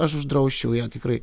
aš uždrausčiau ją tikrai